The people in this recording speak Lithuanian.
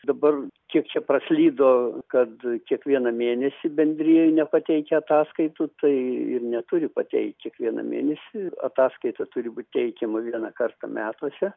dabar kiek čia praslydo kad kiekvieną mėnesį bendrijai nepateikia ataskaitų tai ir neturi pateikti kiekvieną mėnesį ataskaita turi būti teikiama vieną kartą metuose